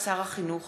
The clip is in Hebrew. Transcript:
הודעת שר החינוך,